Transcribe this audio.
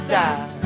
die